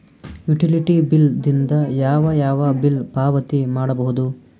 Utility bill ದಿಂದ ಯಾವ ಯಾವ ಬಿಲ್ ಪಾವತಿ ಮಾಡಬಹುದು?